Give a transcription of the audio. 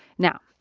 now,